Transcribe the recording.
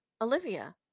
Olivia